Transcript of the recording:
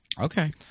okay